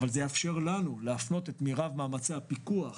אבל זה יאפשר לנו להפנות את מירב מאמצי הפיקוח,